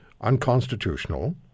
unconstitutional